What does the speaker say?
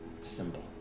symbol